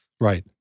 Right